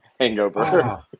Hangover